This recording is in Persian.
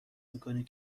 میکنی